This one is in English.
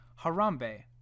Harambe